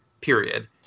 period